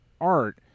art